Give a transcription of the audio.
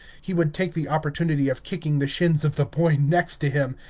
he would take the opportunity of kicking the shins of the boy next to him,